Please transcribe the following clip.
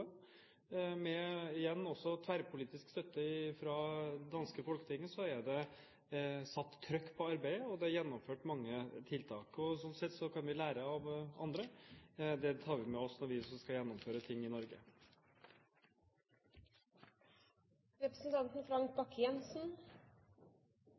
med 25 pst. I Danmark er de gode. Med tverrpolitisk støtte fra det danske folketinget er det satt trykk på arbeidet, og det er gjennomført mange tiltak. Sånn sett kan vi lære av andre. Det tar vi med oss når vi skal gjennomføre ting i